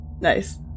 nice